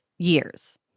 years